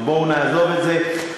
אבל בואו נעזוב את זה.